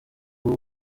uwo